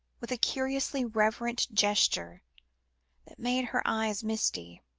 with a curiously reverent gesture that made her eyes misty.